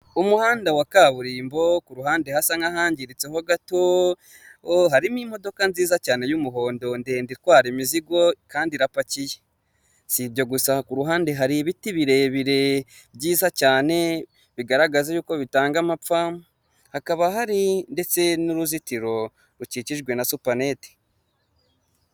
Aha ni mu ikaragiro ry'amata aho hagaragaramo imashini zagenewe gutunganya amata, hakagaragaramo ameza, harimo indobo, harimo amakaro. Iyo urebye ku nkuta hariho irange ry'ubururu, urukuta rwiza cyane rusa n'ubururu ndetse aha hantu ni heza pe.